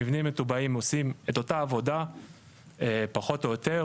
מבנים מטובעים עושים את אותה עבודה פחות או יותר,